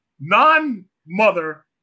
non-mother